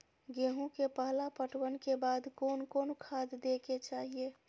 गेहूं के पहला पटवन के बाद कोन कौन खाद दे के चाहिए?